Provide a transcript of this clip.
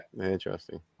Interesting